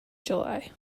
july